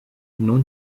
non